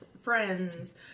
friends